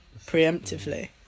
preemptively